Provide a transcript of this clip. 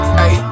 hey